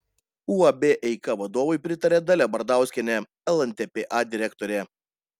uab eika vadovui pritaria dalia bardauskienė lntpa direktorė